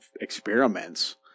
experiments